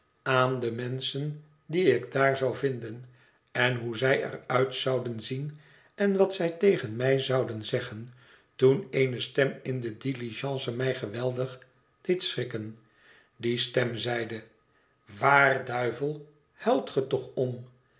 aan de menschen die ik daar zou vinden en hoe zij er uit zouden zien en wat zij tegen mij zouden zeggen toen eene stem in de diligence mij geweldig deed schrikken die stem zeide waar duivel huilt ge toch om